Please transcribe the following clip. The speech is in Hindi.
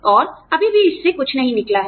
और अभी भी इससे कुछ नहीं निकला है